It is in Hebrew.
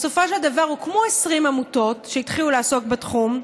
בסופו של דבר הוקמו 20 עמותות שהתחילו לעסוק בתחום,